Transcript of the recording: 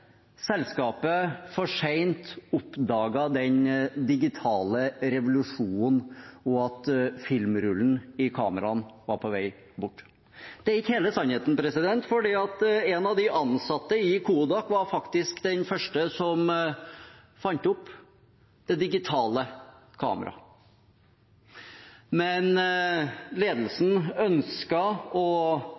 selskapet for sent oppdaget den digitale revolusjonen og at filmrullen i kameraene var på vei bort. Det er ikke hele sannheten, for en av de ansatte i Kodak var faktisk den første som fant opp det digitale kameraet. Men ledelsen ønsket å